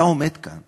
אתה עומד כאן